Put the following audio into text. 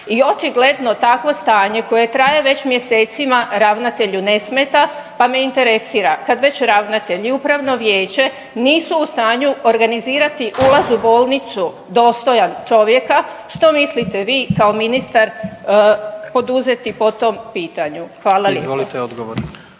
I očigledno takvo stanje koje traje već mjesecima ravnatelju ne smeta, pa me interesira kad već ravnatelj i upravno vijeće nisu u stanju organizirati ulaz u bolnicu dostojan čovjeka što mislite vi kao ministar poduzeti po tom pitanju? Hvala lijepo.